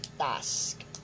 task